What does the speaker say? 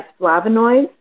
flavonoids